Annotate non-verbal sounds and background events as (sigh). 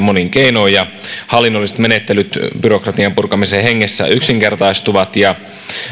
(unintelligible) monin keinoin hallinnolliset menettelyt byrokratian purkamisen hengessä yksinkertaistuisivat ja